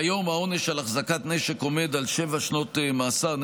כיום העונש על החזקת נשק עומד על שבע שנות מאסר,